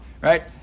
right